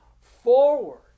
forward